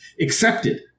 accepted